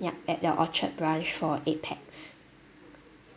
yup at the orchard branch for eight pax